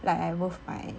like I move my